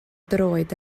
droed